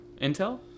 intel